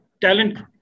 talent